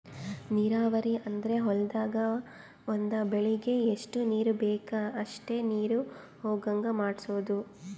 ನೀರಾವರಿ ಅಂದ್ರ ಹೊಲ್ದಾಗ್ ಒಂದ್ ಬೆಳಿಗ್ ಎಷ್ಟ್ ನೀರ್ ಬೇಕ್ ಅಷ್ಟೇ ನೀರ ಹೊಗಾಂಗ್ ಮಾಡ್ಸೋದು